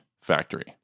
factory